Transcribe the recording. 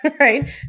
right